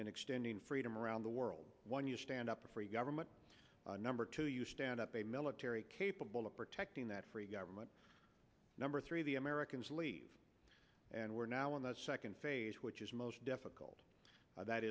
in extending freedom around the world when you stand up for free government number two you stand up a military capable of protecting that free government number three the americans leave and we're now in the second phase which is most difficult that